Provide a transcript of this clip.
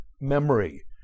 memory